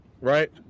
right